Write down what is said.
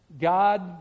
God